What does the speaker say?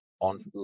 On